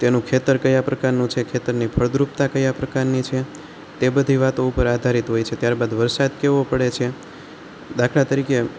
તેનું ખેતર ક્યાં પ્રકારનું છે ખેતરની ફળદ્રુપતા ક્યાં પ્રકારની છે તે બધી વાતો ઉપર આધારિત હોય છે ત્યારબાદ વરસાદ કેવો પડે છે દાખલા તરીકે